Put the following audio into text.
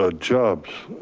ah jobs.